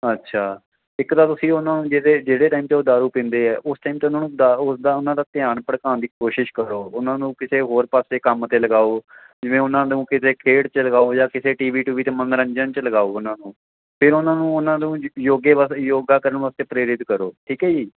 ਅੱਛਾ ਇੱਕ ਤਾਂ ਤੁਸੀਂ ਉਹਨਾਂ ਨੂੰ ਜਿਹਦੇ ਜਿਹੜੇ ਟਾਈਮ 'ਤੇ ਉਹ ਦਾਰੂ ਪੀਂਦੇ ਹੈ ਉਸ ਟਾਈਮ 'ਤੇ ਉਹਨਾਂ ਨੂੰ ਦਾ ਉਸਦਾ ਉਹਨਾਂ ਦਾ ਧਿਆਨ ਭਟਕਾਉਣ ਦੀ ਕੋਸ਼ਿਸ਼ ਕਰੋ ਉਹਨਾਂ ਨੂੰ ਕਿਸੇ ਹੋਰ ਪਾਸੇ ਕੰਮ 'ਤੇ ਲਗਾਓ ਜਿਵੇਂ ਉਹਨਾਂ ਨੂੰ ਕਿਤੇ ਖੇਡ 'ਚ ਲਗਾਓ ਜਾਂ ਕਿਸੇ ਟੀ ਵੀ ਟੁਵੀ 'ਤੇ ਮਨੋਰੰਜਨ 'ਚ ਲਗਾਓ ਉਹਨਾਂ ਨੂੰ ਫਿਰ ਉਹਨਾਂ ਨੂੰ ਉਹਨਾਂ ਨੂੰ ਯੋਗੇ ਬਸ ਯੋਗਾ ਕਰਨ ਵਾਸਤੇ ਪ੍ਰੇਰਿਤ ਕਰੋ ਠੀਕ ਹੈ ਜੀ